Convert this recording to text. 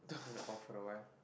gonna off for a while